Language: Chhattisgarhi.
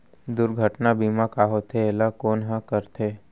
दुर्घटना बीमा का होथे, एला कोन ह करथे?